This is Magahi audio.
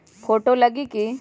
फोटो लगी कि?